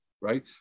right